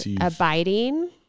abiding